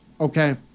Okay